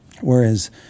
Whereas